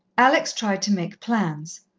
alex tried to make plans.